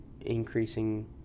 increasing